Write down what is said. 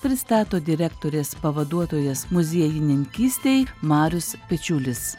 pristato direktorės pavaduotojas muziejininkystei marius pečiulis